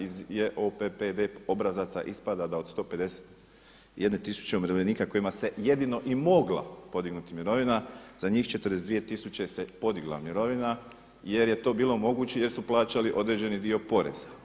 Iz JPPD obrazaca ispada da od 151000 umirovljenika kojima se jedino i mogla podignuti mirovina za njih 42000 se podigla mirovina jer je to bilo moguće jer su plaćali određeni dio poreza.